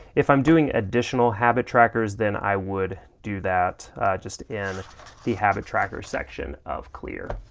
if i'm doing additional habit trackers then i would do that just in the habit tracker section of clear.